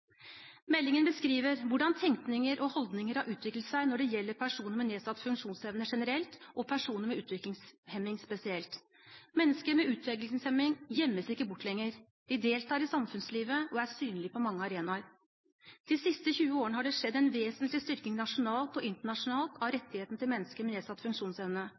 Meldingen beskriver hvordan tenkningen og holdninger har utviklet seg når det gjelder personer med nedsatt funksjonsevne generelt og personer med utviklingshemning spesielt. Mennesker med utviklingshemning gjemmes ikke bort lenger. De deltar i samfunnslivet og er synlige på mange arenaer. De siste 20 årene har det skjedd en vesentlig styrking nasjonalt og internasjonalt av rettighetene til mennesker med nedsatt funksjonsevne.